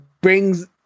brings